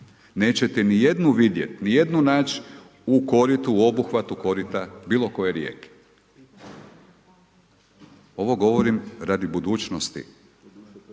Nećete nijednu vidjeti, ni jednu naći u koritu, u obuhvatu korita bilo koje rijeke. Ovo govorim radi budućnosti.